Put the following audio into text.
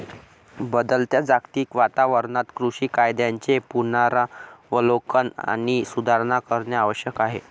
बदलत्या जागतिक वातावरणात कृषी कायद्यांचे पुनरावलोकन आणि सुधारणा करणे आवश्यक आहे